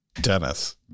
Dennis